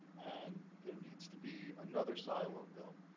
and there needs to be another silo bill.